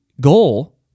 goal